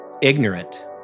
ignorant